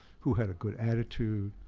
who had a good attitude,